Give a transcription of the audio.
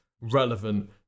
relevant